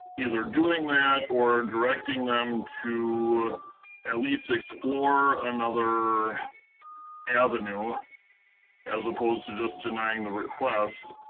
either doing that or directing them to at least explore another avenue as opposed to just denying the request.